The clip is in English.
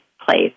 place